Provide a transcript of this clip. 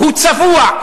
הוא צבוע.